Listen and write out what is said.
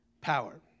power